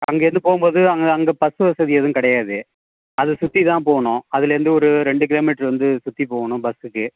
அங்கேர்ந்து போகும் போது அங்கே அங்கே பஸ்ஸு வசதி எதுவும் கிடையாது அதை சுற்றி தான் போகணும் அதிலேர்ந்து ஒரு ரெண்டு கிலோமீட்ரு வந்து சுற்றிப் போகணும் பஸ்ஸுக்கு